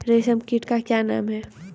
रेशम कीट का नाम क्या है?